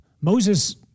Moses